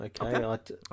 okay